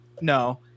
no